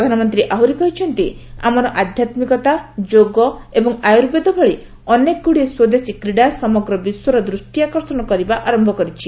ପ୍ରଧାନମନ୍ତ୍ରୀ ଆହୁରି କହିଛନ୍ତି ଆମର ଆଧ୍ୟାତ୍ମିକତା ଯୋଗ ଏବଂ ଆୟୁର୍ବେଦ ଭଳି ଅନେକଗୁଡ଼ିଏ ସ୍ପଦେଶୀ କ୍ରୀଡ଼ା ସମଗ୍ର ବିଶ୍ୱର ଦୃଷ୍ଟିଆକର୍ଷଣ କରିବା ଆରମ୍ଭ କରିଛି